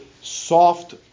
soft